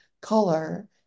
color